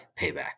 payback